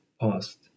past